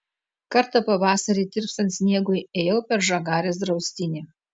kartą pavasarį tirpstant sniegui ėjau per žagarės draustinį